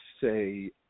say